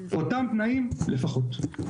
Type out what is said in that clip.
באותם תנאים לפחות.